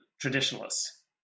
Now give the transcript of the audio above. traditionalists